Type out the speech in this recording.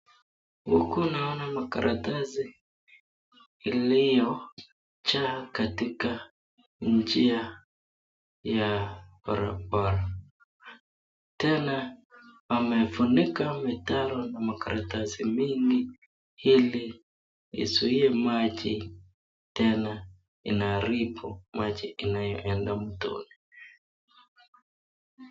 Huku naona makaratasi yaliyojaa katika njia ya barabara. Tena wamefunika mtaro na karatasi mingi ili izuie maji. Tena inaharibu maji inayoenda mtoni.